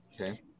Okay